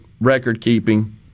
record-keeping